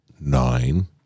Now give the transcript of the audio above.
nine